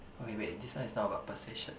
okay wait this one is not about persuasion